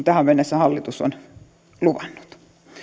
tähän mennessä hallitus on luvannut